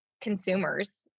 consumers